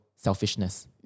selfishness